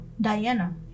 Diana